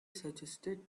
suggested